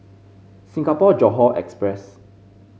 Singapore Johore Express